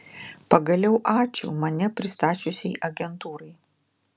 pagaliau ačiū mane pristačiusiai agentūrai